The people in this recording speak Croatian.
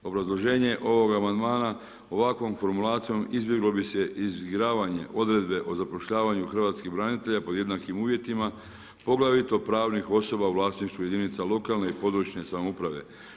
Obrazloženje ovog amandmana ovakvom formulacijom izbjeglo bi se izigravanje odredbe o zapošljavanju hrvatskih branitelja pod jednakim uvjetima poglavito pravnih osoba u vlasništvu jedinica lokalne i područne samouprave.